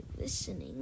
listening